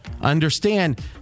understand